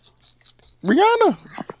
Rihanna